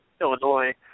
Illinois